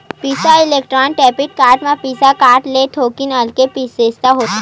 बिसा electron debit card म Visa card ले थोकिन अलगे बिसेसता होथे